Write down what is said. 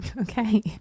Okay